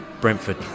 Brentford